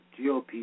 GOP